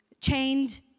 chained